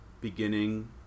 beginning